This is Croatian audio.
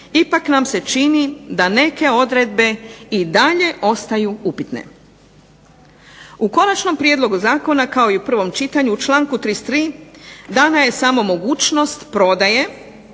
ipak nam se čini da neke odredbe i dalje ostaju upitne. U konačnom prijedlogu zakona kao i u prvom čitanju u članku 33. dana je samo mogućnost prodaje